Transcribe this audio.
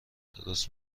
درست